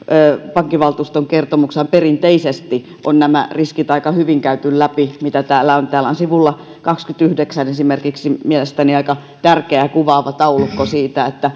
pankkivaltuuston kertomuksessa on perinteisesti nämä riskit aika hyvin käyty läpi mitä on esimerkiksi sivulla kaksikymmentäyhdeksän on mielestäni aika tärkeä ja kuvaava taulukko siitä